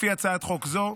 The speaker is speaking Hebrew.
לפי הצעת חוק זו,